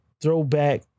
throwback